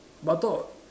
but I thought